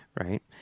right